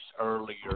earlier